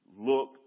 look